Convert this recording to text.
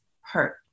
hurt